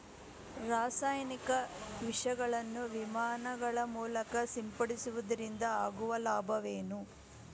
ರಾಸಾಯನಿಕ ವಿಷಗಳನ್ನು ವಿಮಾನಗಳ ಮೂಲಕ ಸಿಂಪಡಿಸುವುದರಿಂದ ಆಗುವ ಲಾಭವೇನು?